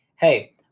Hey